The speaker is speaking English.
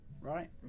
right